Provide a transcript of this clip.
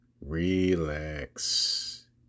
Relax